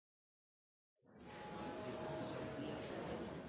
Hansen